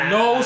no